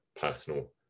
personal